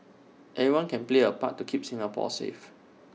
everyone can play A part to keep Singapore safe